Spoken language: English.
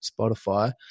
Spotify